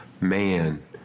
man